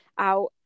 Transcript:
out